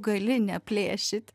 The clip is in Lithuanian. gali neplėšyt